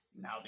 Now